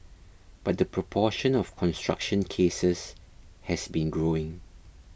but the proportion of construction cases has been growing